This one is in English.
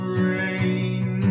rain